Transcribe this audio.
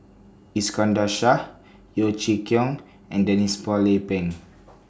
Iskandar Shah Yeo Chee Kiong and Denise Phua Lay Peng